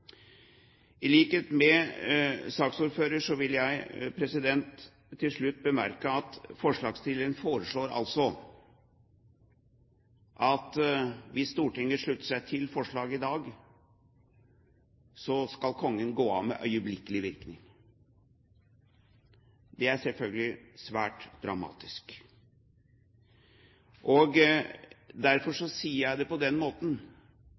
I likhet med saksordføreren vil jeg til slutt bemerke at forslagsstillerne foreslår at hvis Stortinget slutter seg til forslaget i dag, skal kongen gå av med øyeblikkelig virkning. Det er selvfølgelig svært dramatisk. Derfor sier jeg det på denne måten: